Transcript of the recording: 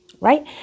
right